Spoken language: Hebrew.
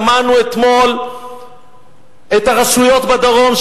שמענו אתמול את ראשי הרשויות בדרום,